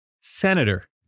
Senator